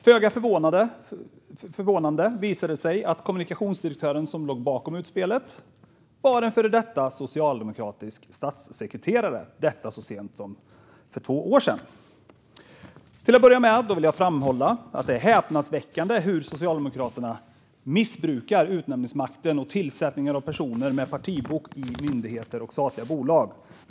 Föga förvånande visade det sig att kommunikationsdirektören som ligger bakom utspelet var socialdemokratisk statssekreterare så sent som för två år sedan. Till att börja med vill jag framhålla att det är häpnadsväckande hur Socialdemokraterna missbrukar utnämningsmakten och tillsätter personer med partibok i myndigheter och statliga bolag.